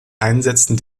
einsetzen